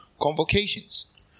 convocations